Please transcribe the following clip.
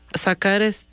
sacar